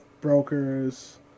brokers